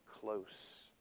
close